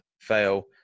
fail